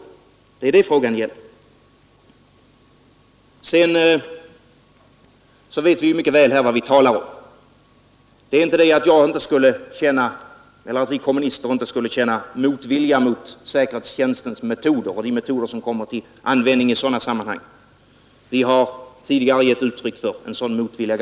Det är det frågan gäller. Sedan vet vi mycket väl vad vi talar om. Det är inte det att vi kommunister inte skulle känna motvilja mot säkerhetstjänstens metoder och de metoder i övrigt som kommer till användning i sådana här sammanhang. Vi har tidigare ganska tydligt givit uttryck för en sådan motvilja.